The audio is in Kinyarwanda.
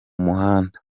muhanda